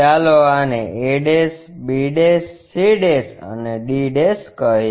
ચાલો આને a b c અને d કહીએ